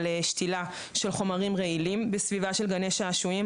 פנייה על שתילה של חומרים רעילים בסביבה של גני שעשועים.